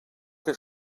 que